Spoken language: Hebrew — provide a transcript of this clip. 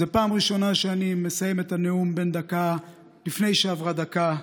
זו פעם ראשונה שאני מסיים את הנאום בן דקה לפני שעברה דקה.